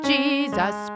Jesus